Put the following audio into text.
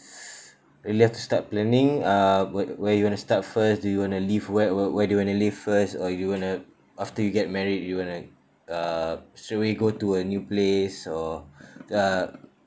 really have to start planning uh wh~ where you wanna start first do you want to live where where where do you want to live first or you wanna after you get married you gonna uh straight away go to a new place or uh